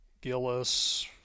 Gillis